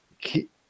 keep